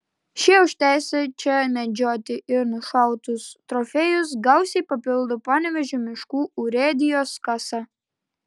šie už teisę čia medžioti ir nušautus trofėjus gausiai papildo panevėžio miškų urėdijos kasą